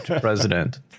president